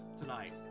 tonight